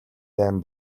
дайн